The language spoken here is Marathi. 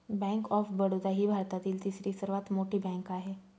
बँक ऑफ बडोदा ही भारतातील तिसरी सर्वात मोठी बँक आहे